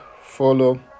follow